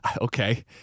Okay